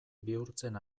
bihurtzen